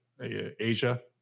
Asia